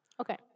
Okay